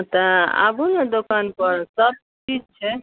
तऽ आबू ने दोकान पर सब चीज छै